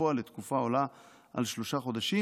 בפועל לתקופה העולה על שלושה חודשים,